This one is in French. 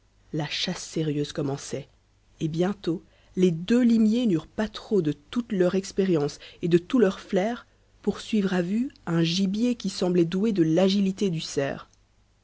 la chasse sérieuse commençait et bientôt les deux limiers n'eurent pas trop de toute leur expérience et de tout leur flair pour suivre à vue un gibier qui semblait doué de l'agilité du cerf